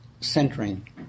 centering